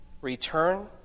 return